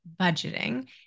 budgeting